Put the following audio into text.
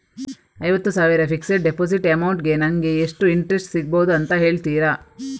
ಐವತ್ತು ಸಾವಿರ fixed deposit amount ಗೆ ನಂಗೆ ಎಷ್ಟು ಇಂಟ್ರೆಸ್ಟ್ ಸಿಗ್ಬಹುದು ಅಂತ ಹೇಳ್ತೀರಾ?